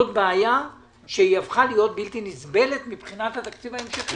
זאת בעיה שהפכה להיות בלתי נסבלת מבחינת התקציב ההמשכי.